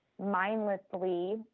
mindlessly